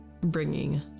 bringing